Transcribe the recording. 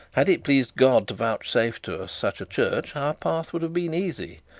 had it pleased god to vouchsafe to us such a church our path would have been easy.